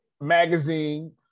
magazine